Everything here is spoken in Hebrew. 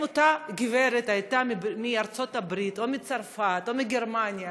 אם אותה גברת הייתה מארצות הברית או מצרפת או מגרמניה,